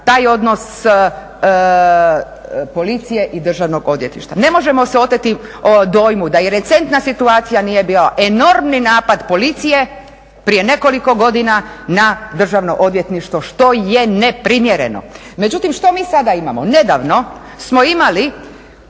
taj odnos Policije i Državnog odvjetništva. Ne možemo se oteti dojmu da i recentna situacija nije bila enormni napad Policije prije nekoliko godina na Državno odvjetništvo, što je neprimjereno. Međutim, što mi sada imamo? Nedavno smo imali